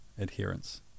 adherence